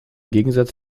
gegensatz